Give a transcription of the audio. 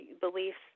beliefs